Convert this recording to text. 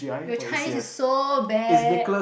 your Chinese is so bad